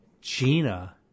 gina